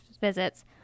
visits